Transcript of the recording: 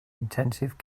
intensive